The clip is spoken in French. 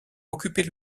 occupait